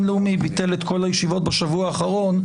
לאומי ביטל את כל הישיבות בשבוע האחרון,